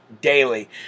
daily